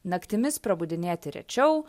naktimis prabudinėti rečiau